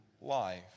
life